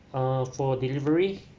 uh for delivery